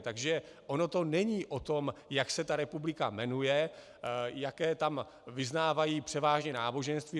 Takže ono to není o tom, jak se ta republika jmenuje, jaké tam vyznávají převážně náboženství.